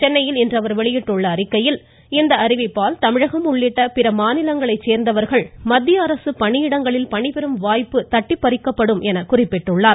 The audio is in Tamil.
சென்னையில் இன்று அவர் வெளியிட்டுள்ள அறிக்கையில் இந்த அறிவிப்பால் தமிழகம் உள்ளிட்ட பிற மாநிலங்களைச் சோ்ந்தவர்கள் மத்திய அரசு பணியிடங்களில் பணிபெறும் வாய்ப்பை தட்டி பறிக்கும் செயல் எனக் குறிப்பிட்டுள்ளார்